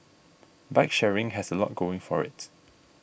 bike sharing has a lot going for it